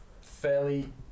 fairly